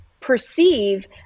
perceive